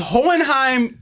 Hohenheim